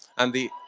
and the